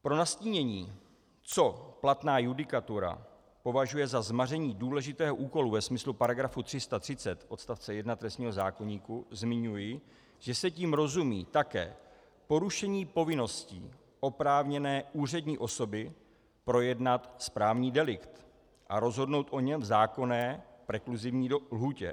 Pro nastínění, co platná judikatura považuje za zmaření důležitého úkolu ve smyslu § 330 odst. 1 trestního zákoníku, zmiňuji, že se tím rozumí také porušení povinností oprávněné úřední osoby projednat správní delikt a rozhodnout o něm v zákonné prekluzivní lhůtě.